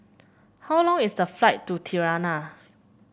how long is the flight to Tirana